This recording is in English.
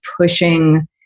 pushing